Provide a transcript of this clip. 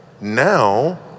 Now